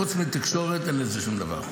חוץ מהתקשורת, אין בזה שום דבר.